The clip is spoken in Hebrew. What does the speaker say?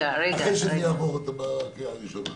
אחרי שזה יעבור בקריאה ראשונה.